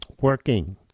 working